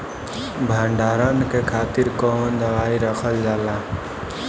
भंडारन के खातीर कौन दवाई रखल जाला?